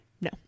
No